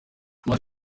matt